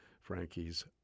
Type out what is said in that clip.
Frankie's